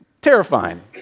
terrifying